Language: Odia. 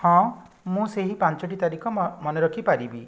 ହଁ ମୁଁ ସେହି ପାଞ୍ଚଟି ତାରିଖ ମନେ ରଖିପାରିବି